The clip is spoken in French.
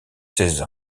seize